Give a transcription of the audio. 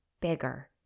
bigger